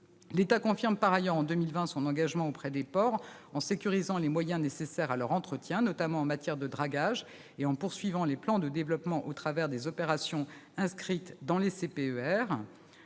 L'État confirme par ailleurs en 2020 son engagement auprès des ports, en sécurisant les moyens nécessaires à leur entretien, notamment en matière de dragages, et en poursuivant les plans de développement au travers des opérations inscrites dans les CPER.